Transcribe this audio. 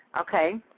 okay